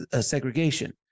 segregation